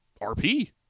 RP